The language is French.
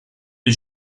est